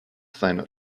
seiner